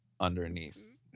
underneath